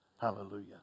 Hallelujah